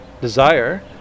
desire